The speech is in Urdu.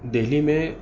دہلی میں